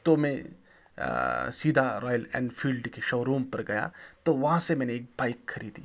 تو میں سیدھا رائل انفیلڈ کی شو روم پر گیا تو وہاں سے میں نے ایک بائک خریدی